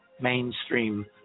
mainstream